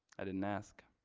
i didn't ask